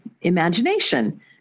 imagination